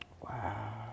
Wow